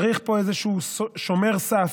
צריך פה איזשהו שומר סף,